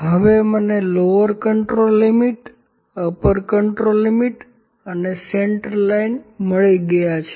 હવે મને upper control limit lower control limit અને સેન્ટ્રલ લાઇન મળી છે